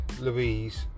Louise